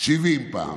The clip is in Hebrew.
70 פעם,